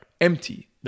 empty